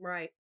Right